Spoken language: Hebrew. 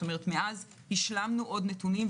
כלומר מאז השלמנו נתונים,